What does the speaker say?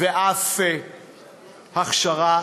ואף הכשרה